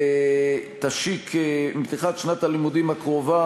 תשיק עם פתיחת שנת הלימודים הקרובה